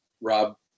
Rob